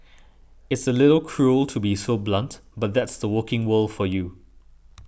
it's a little cruel to be so blunt but that's the working world for you